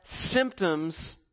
symptoms